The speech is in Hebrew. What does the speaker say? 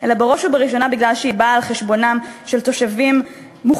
אלא בראש ובראשונה בגלל שהיא באה על חשבונם של תושבים מוחלשים,